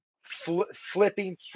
flipping